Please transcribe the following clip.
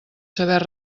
saber